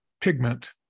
pigment